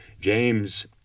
James